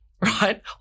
right